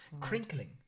Crinkling